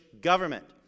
government